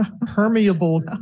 permeable